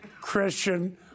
Christian